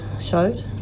showed